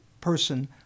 person